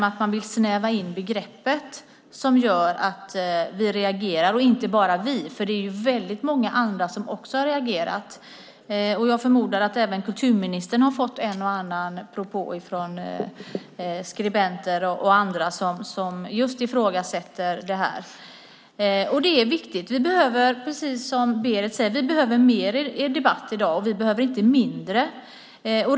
Att man vill snäva in begreppet gör att vi reagerar. Det är inte bara vi som gör det. Många andra har också reagerat. Jag förmodar att också kulturministern har fått en och annan propå från skribenter och andra som ifrågasätter detta. Som Berit säger behöver vi mer debatt, inte mindre.